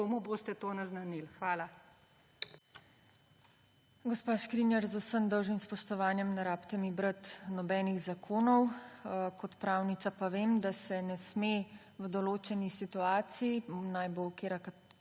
komu boste to naznanili. Hvala.